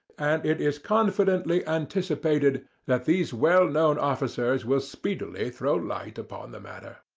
and it is confidently anticipated that these well-known officers will speedily throw light upon the matter.